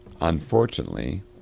unfortunately